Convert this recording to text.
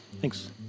Thanks